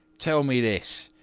tell me this.